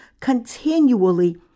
continually